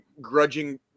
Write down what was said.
grudging